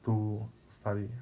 to study